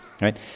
Right